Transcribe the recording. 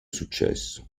successo